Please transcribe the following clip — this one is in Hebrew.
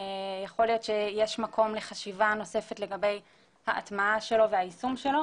יכול להיות שיש מקום לחשיבה נוספת לגבי ההטמעה שלו והיישום שלו,